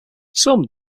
some